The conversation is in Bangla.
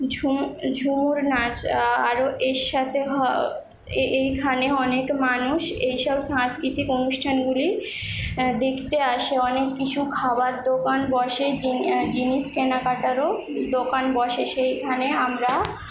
ঝুমু ঝুমুর নাচ আরও এর সাথে হ এইখানে অনেক মানুষ এইসব সাংস্কৃতিক অনুষ্ঠানগুলি দেখতে আসে অনেক কিছু খাবার দোকান বসে জিনিস কেনাকাটারও দোকান বসে সেইখানে আমরা